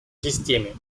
системе